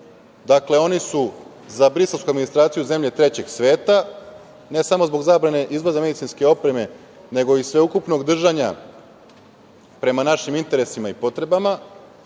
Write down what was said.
dakle, oni su za briselsku administraciju zemlje trećeg sveta, ne samo zbog zabrane izvoza medicinske opreme, nego i sveukupnog držanja prema našim interesima i potrebama.